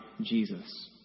Jesus